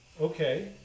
okay